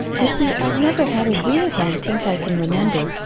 you see, i've never had a real home since i can remember.